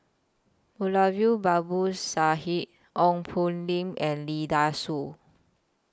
Moulavi Babu Sahib Ong Poh Lim and Lee Dai Soh